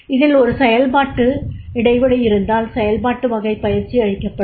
அதில் ஒரு செயல்பாட்டு இடைவெளி இருந்தால் செயல்பாட்டு வகைப் பயிற்சி வழங்கப்படும்